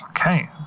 Okay